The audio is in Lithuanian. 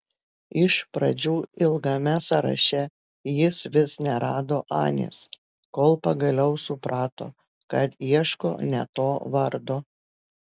iš pradžių ilgame sąraše jis vis nerado anės kol pagaliau suprato kad ieško ne to vardo